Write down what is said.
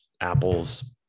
Apple's